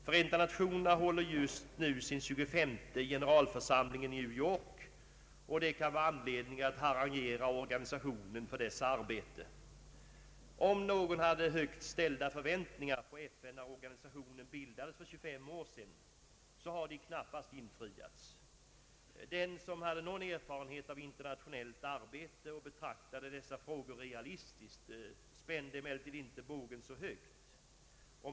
Förenta nationerna håller just nu sin 25:e generalförsamling i New York, och det kan vara anledning att harangera organisationen för dess arbete. Om någon hade högt ställda förväntningar på FN när organisationen bildades för 25 år sedan, så har dessa knappast infriats. Den som hade någon erfarenhet av internationellt arbete och betraktade dessa frågor realistiskt spände emellertid inte bågen så högt.